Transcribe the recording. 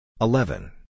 eleven